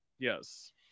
Yes